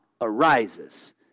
arises